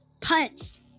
punched